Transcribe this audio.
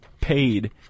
paid